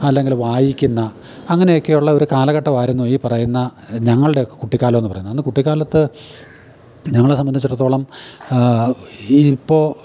അല്ലെങ്കിൽ വായിക്കുന്ന അങ്ങനെയൊക്കെയുള്ള ഒരു കാലഘട്ടമായിരുന്നു ഈ പറയുന്ന ഞങ്ങളുടെയൊക്കെ കുട്ടിക്കാലം എന്ന് പറയുന്നത് അന്ന് കുട്ടിക്കാലത്ത് ഞങ്ങളെ സംബന്ധിച്ചിടത്തോളം ഈ ഇപ്പോൾ